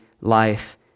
life